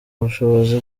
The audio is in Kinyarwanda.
bushobozi